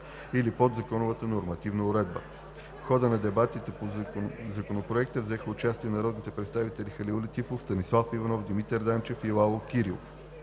или подзаконовата нормативна уредба. В хода на дебатите по Законопроекта взеха участие народните представители Халил Летифов, Станислав Иванов, Димитър Данчев и Лало Кирилов.